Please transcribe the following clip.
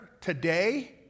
today